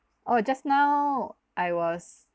oh just now I was